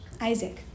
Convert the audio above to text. Isaac